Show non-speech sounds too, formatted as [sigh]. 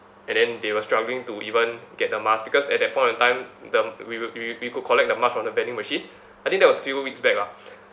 and then they were struggling to even get the mask because at that point of time the we will we we go collect the mask from the vending machine I think that was few weeks back lah [breath]